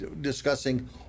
discussing